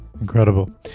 Incredible